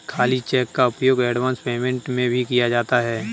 खाली चेक का उपयोग एडवांस पेमेंट में भी किया जाता है